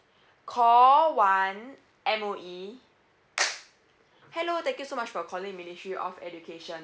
call one M_O_E hello thank you so much for calling ministry of education